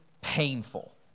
painful